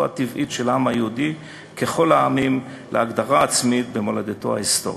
הטבעית של העם היהודי ככל העמים להגדרה עצמית במולדתו ההיסטורית.